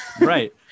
Right